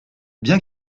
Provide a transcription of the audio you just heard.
bien